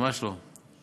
ממש לא.